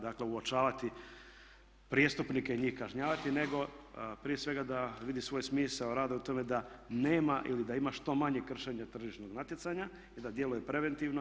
Dakle, uočavati prijestupnike i njih kažnjavati, nego prije svega da vidi svoj smisao rada u tome da nema ili da ima što manje kršenja tržišnog natjecanja i da djeluje preventivno.